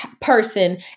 person